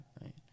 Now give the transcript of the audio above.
right